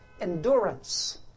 Endurance